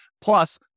Plus